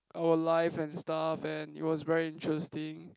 our life and stuff and it was very interesting